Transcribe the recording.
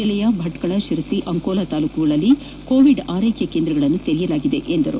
ಜಿಲ್ಲೆಯ ಭಟ್ಗಳ ಶಿರಸಿ ಅಂಕೋಲಾ ತಾಲೂಕುಗಳಲ್ಲಿ ಕೋವಿಡ್ ಆರೈಕೆ ಕೇಂದ್ರಗಳನ್ನು ತೆರೆಯಲಾಗಿದೆ ಎಂದರು